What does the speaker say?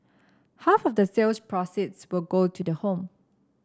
half of the sales proceeds will go to the home